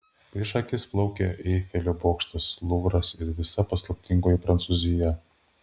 prieš akis plaukė eifelio bokštas luvras ir visa paslaptingoji prancūzija